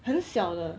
很小的